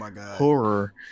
horror